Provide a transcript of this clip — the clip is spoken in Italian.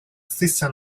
stessa